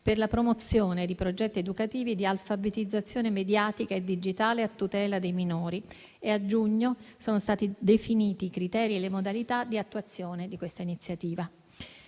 per la promozione di progetti educativi di alfabetizzazione mediatica e digitale a tutela dei minori. A giugno sono stati poi definiti i criteri e le modalità di attuazione di questa iniziativa.